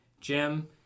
Jim